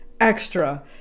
extra